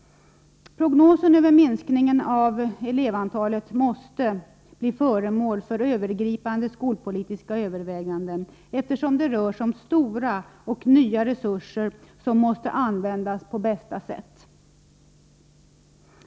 Prognosen över minskningen av elevantalet måste bli föremål för övergripande skolpolitiska överväganden, då det rör sig om stora och nya resurser som måste användas på bästa sätt.